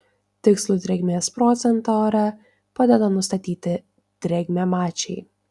tikslų drėgmės procentą ore padeda nustatyti drėgmėmačiai